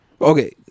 Okay